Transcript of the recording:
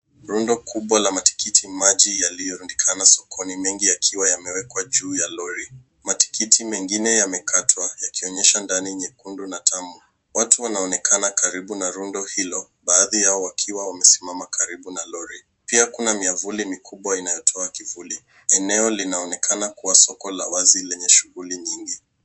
Rundo kubwa la matikiti maji yaliyorundikana sokoni mengi yakiwa yamewekwa juu ya lori. Matikiti mengine yamekatwa yakionyesha ndani nyekundu na tamu. Watu wanaonekana karibu na rundo hilo baadhi yao wakiwa wamesimama karibu na lori. Pia kuna myavuli mikubwa inayotoa kivuli. Eneo linaonekana kuwa soko la wazi lenye shughuli nyingi.